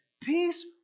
Peace